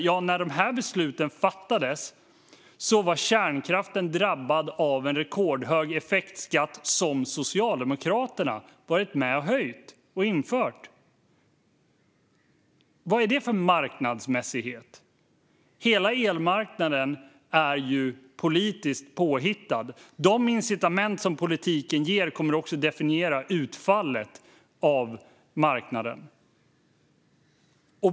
Men när de här besluten fattades var kärnkraften drabbad av en rekordhög effektskatt som Socialdemokraterna varit med och infört och höjt. Vad är det för marknadsmässighet? Hela elmarknaden är ju politiskt påhittad. De incitament som politiken ger kommer också att definiera utfallet av marknaden.